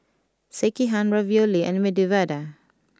Sekihan Ravioli and Medu Vada